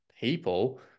people